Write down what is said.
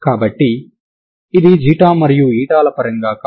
కాబట్టి ఇది మరియు ల పరంగా కాదు